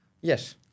Yes